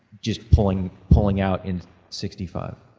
just pulling pulling out in sixty five.